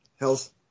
health